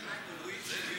השאלה,